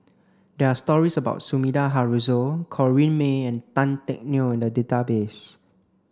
there are stories about Sumida Haruzo Corrinne May and Tan Teck Neo in the database